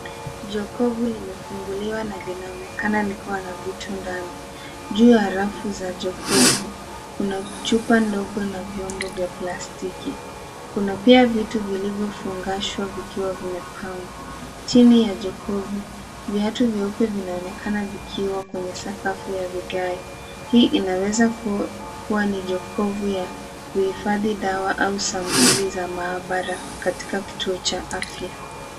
Jokofu limefunguliwa na linaonekana ni kuwa na vitu ndani, juu ya rafu za jokofu kuna chupa ndogo na vyombo vya plastiki, kuna pia vitu vilivyofungashwa vikiwa vimepangwa chini ya jokofu , viatu vyeupe vinaonekana vikiwa kwenye sakafu ya vigae hii inaweza kuwa ni jokofu ya kuhifadhi dawa au sampuli za maabara katika kituo cha afya.